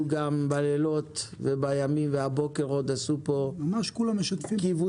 בימים ובלילות ועוד הבוקר עשו כאן כיווצים.